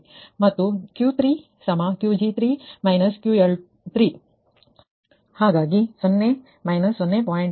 ಮತ್ತು Q3 Qg3 QL3 ಹಾಗಾಗಿ 0 − 0